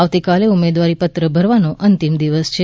આવતીકાલે ઉમેદવારીપત્ર ભરવાનો અંતિમ દિવસ છે